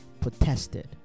protested